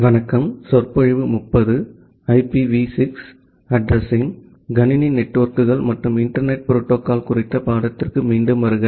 computer நெட்வொர்க்குகள் மற்றும் internet protocol குறித்த பாடத்திற்கு மீண்டும் வருக